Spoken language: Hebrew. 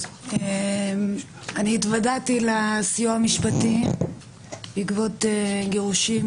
התוודעתי לסיוע המשפטי בעקבות גירושין